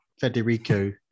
Federico